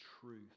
truth